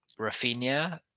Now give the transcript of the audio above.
Rafinha